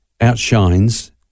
outshines